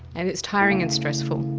and it's tiring and stressful.